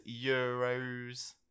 Euros